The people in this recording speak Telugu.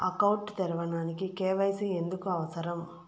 అకౌంట్ తెరవడానికి, కే.వై.సి ఎందుకు అవసరం?